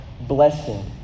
blessing